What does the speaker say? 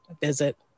visit